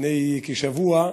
לפני כשבוע,